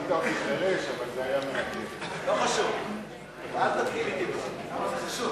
עשית אותי חירש, אבל זה היה מרגש.